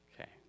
okay